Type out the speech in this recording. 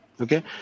Okay